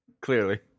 Clearly